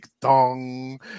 dong